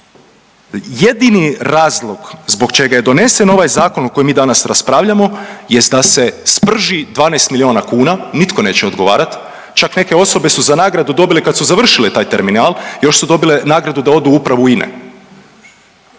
Jedini razlog zbog čega je donesen ovaj zakon o kojem mi danas raspravljamo jest da se sprži 12 milijuna kuna, nitko neće odgovarati. Čak neke osobe su za nagradu dobile kad su završile taj terminal još su dobile nagradu da odu u upravu INA-e.